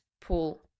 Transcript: pull